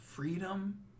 freedom